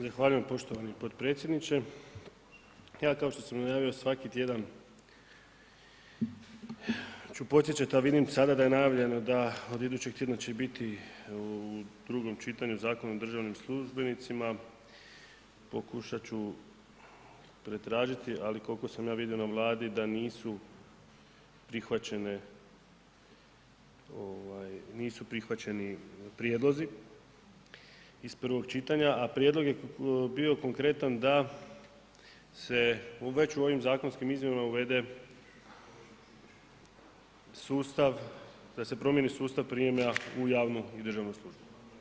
Zahvaljujem poštovani potpredsjedniče, ja kao što sam najavio svaki tjedan ću podsjećati, da vidim sada da je najavljeno da od idućeg tjedna će biti u drugom čitanju Zakon o državnim službenicima, pokušat ću pretražiti, ali koliko sam ja vidio na Vladi da nisu prihvaćene ovaj, nisu prihvaćeni prijedlozi iz prvog čitanja, a prijedlog je bio konkretan da se već u ovim zakonskim izmjenama uvede sustav, da se promijeni sustav prijema u javnu i državnu službu.